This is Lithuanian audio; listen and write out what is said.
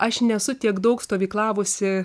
aš nesu tiek daug stovyklavusi